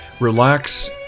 Relax